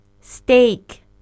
Steak